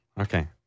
Okay